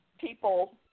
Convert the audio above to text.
people